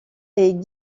est